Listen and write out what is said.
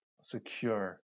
secure